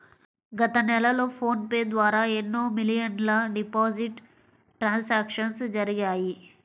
గత నెలలో PhonePe ద్వారా ఎన్నో మిలియన్ల డిజిటల్ ట్రాన్సాక్షన్స్ జరిగాయి